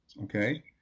okay